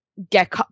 Get